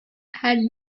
had